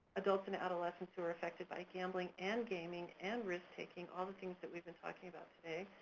adults and adolescents who are affected by gambling and gaming and risk taking, all the things that we've been talking about today.